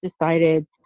decided